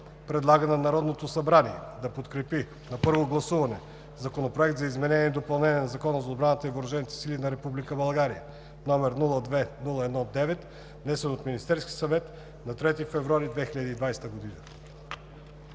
предлага на Народното събрание да подкрепи на първо гласуване Законопроект за изменение и допълнение на Закона за отбраната и въоръжените сили на Република България, № 002-01-9, внесен от Министерския съвет на 3 февруари 2020 г.“